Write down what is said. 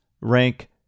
rank